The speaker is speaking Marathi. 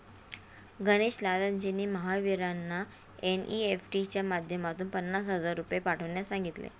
गणेश लालजींनी महावीरांना एन.ई.एफ.टी च्या माध्यमातून पन्नास हजार रुपये पाठवण्यास सांगितले